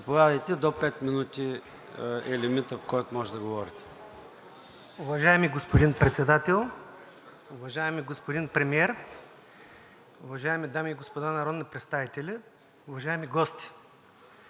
Заповядайте. До пет минути е лимитът, в който можете да говорите. НИКОЛАЙ ПАВЛОВ: Уважаеми господин Председател, уважаеми господин Премиер, уважаеми дами и господа народни представители, уважаеми гости!